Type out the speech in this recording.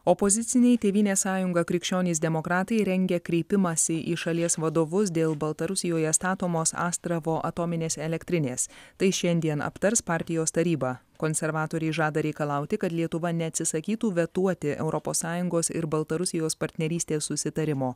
opoziciniai tėvynės sąjunga krikščionys demokratai rengia kreipimąsi į šalies vadovus dėl baltarusijoje statomos astravo atominės elektrinės tai šiandien aptars partijos taryba konservatoriai žada reikalauti kad lietuva neatsisakytų vetuoti europos sąjungos ir baltarusijos partnerystės susitarimo